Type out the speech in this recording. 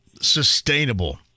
sustainable